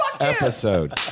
episode